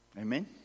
Amen